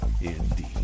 Indeed